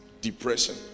Depression